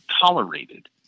tolerated